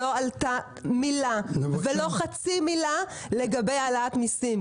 לא עלתה מילה ולא חצי מילה לגבי העלאת מיסים,